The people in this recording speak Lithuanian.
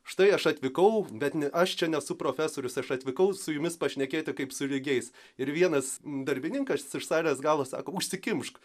štai aš atvykau bet ne aš čia nesu profesorius aš atvykau su jumis pašnekėti kaip su lygiais ir vienas darbininkas iš salės galo sako užsikimšk